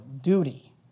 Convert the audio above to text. duty